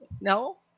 No